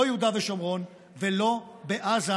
לא ביהודה ושומרון ולא בעזה,